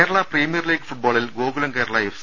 Kerala premier league ഫുട്ട്ബോളിൽ Gokulam Kerala F